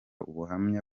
ubuhamya